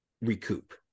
recoup